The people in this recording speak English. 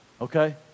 Okay